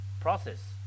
process